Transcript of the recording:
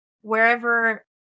wherever